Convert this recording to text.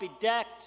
bedecked